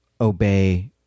obey